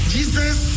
Jesus